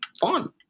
fun